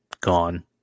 gone